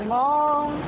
long